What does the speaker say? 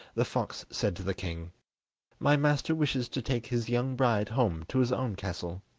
the fox said to the king my master wishes to take his young bride home to his own castle